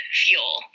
fuel